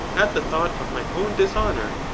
at the thought of my own dishonour?